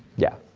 yeah.